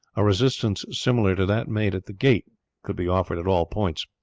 a resistance similar to that made at the gate could be offered at all points.